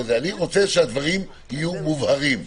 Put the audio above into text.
אני רוצה שהדברים יהיו מובהרים.